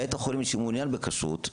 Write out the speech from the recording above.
בית חולים שמעוניין בכשרות,